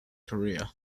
korea